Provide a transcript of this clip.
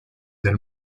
del